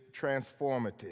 transformative